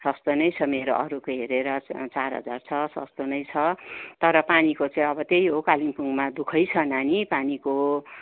सस्तो नै छ मेरो अरूको हेरेर च चार हजार छ सस्तो नै छ तर पानीको चाहिँ अब त्यही हो कालेम्पोङमा दुःखै छ नानी पानीको